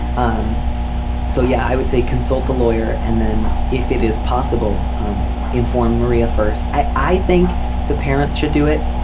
um so yeah i would say consult the lawyer and then if it is possible to um inform maria first i i think the parents should do it.